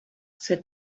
said